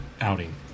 outing